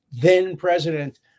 then-President